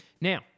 Now